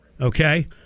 okay